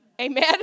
Amen